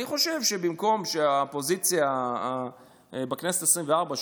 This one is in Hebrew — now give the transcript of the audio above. אני חושב שהאופוזיציה בכנסת העשרים-וארבע,